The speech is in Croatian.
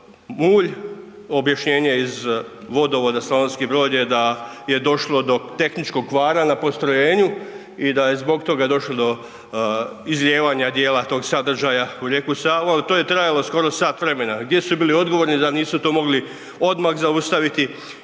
mulj, objašnjenje iz vodovoda Slavonski Brod je da je došlo do tehničkog kvara na postrojenju i da je zbog toga došlo do izlijevanja djela tog sadržaja u rijeku Savu ali to je trajalo skoro sat vremena, gdje su bili odgovorni da nisu to mogli odmah zaustaviti